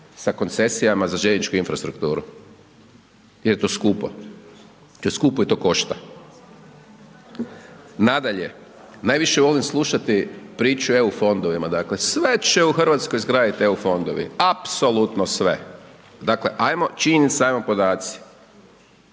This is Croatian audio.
sa koncesijama za željezničku infrastrukturu jer je to skupo, to je skupo i to košta. Nadalje, najviše volim slušati priču o EU fondovima, dakle, sve će u RH izgraditi EU fondovi, apsolutno sve. Dakle, ajmo, činjenica je, evo